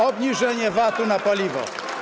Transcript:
obniżenie VAT-u na paliwo.